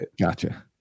Gotcha